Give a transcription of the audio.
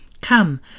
Come